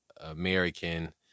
American